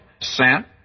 sent